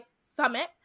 Summit